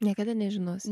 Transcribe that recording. niekada nežinosi